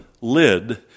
lid